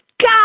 God